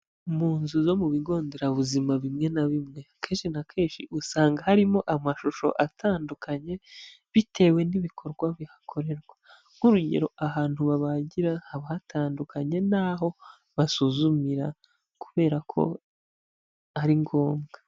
Mu nzu zo mu bigo nderabuzima bimwe na bimwe, kenshi na kenshi usanga harimo amashusho atandukanye bitewe n'ibikorwa bihakorerwa. Nk'urugero ahantu babagira, haba hatandukanye n'aho basuzumira kubera ko ari ngombwa.